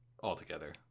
altogether